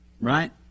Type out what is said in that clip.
Right